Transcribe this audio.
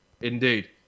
Indeed